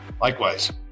Likewise